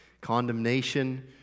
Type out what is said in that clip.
Condemnation